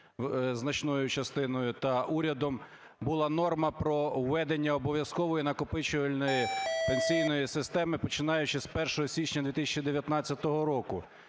значною частиною, та урядом була норма про введення обов'язкової накопичувальної системи, починаючи з 1 січня 2019 року.